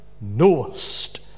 knowest